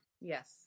yes